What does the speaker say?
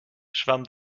schwamm